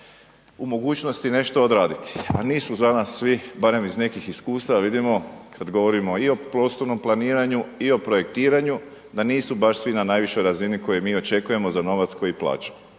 u mogućnosti nešto odraditi, a nisu za nas svi, barem iz nekih iskustava vidimo kad govorimo i o prostornom planiranju i o projektiranju, da nisu baš svi na najvišoj razini koje mi očekujemo za novac koji plaćamo